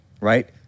right